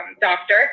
doctor